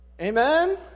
Amen